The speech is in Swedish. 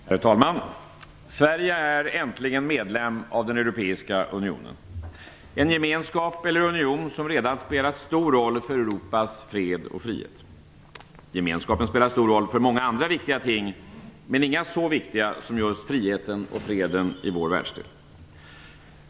Herr talman! Sverige är äntligen medlem av den europeiska unionen. Det är en gemenskap eller union som redan spelat stor roll för Europas fred och frihet. Gemenskapen spelar stor roll för många andra viktiga ting, men inga så viktiga som just friheten och freden i vår världsdel.